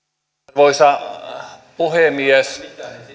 arvoisa puhemies